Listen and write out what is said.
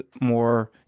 more